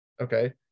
Okay